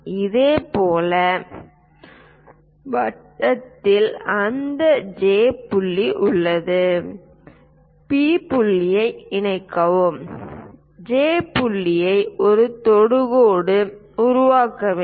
இப்போது வட்டத்தில் அந்த J புள்ளி உள்ளது P புள்ளியை இணைக்கவும் J புள்ளியை ஒரு தொடுகோடு உருவாக்க வேண்டும்